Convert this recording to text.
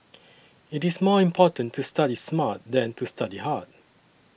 it is more important to study smart than to study hard